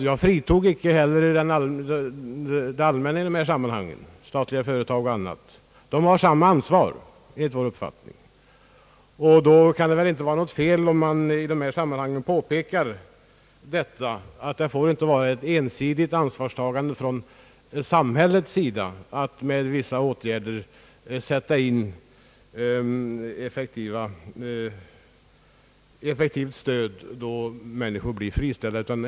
Jag fritog inte heller det allmänna i detta sammanhang, alltså statliga företag och liknande. De har enligt vår uppfattning samma ansvar. Då kan det väl inte vara något fel att påpeka, att det inte får vara ett ensidigt ansvarstagande från samhällets sida att med vissa åt gärder ge ett effektivt stöd då människor blir friställda.